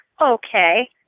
Okay